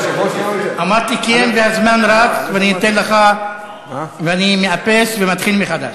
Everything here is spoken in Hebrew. אמרתי: כן, והזמן רץ, ואני מאפס ומתחיל מחדש.